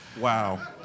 wow